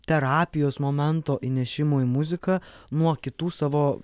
terapijos momento įnešimo į muziką nuo kitų savo